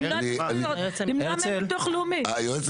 גם קחו דברים